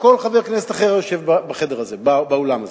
ושל כל חבר כנסת אחר היושב באולם הזה.